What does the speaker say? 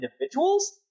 individuals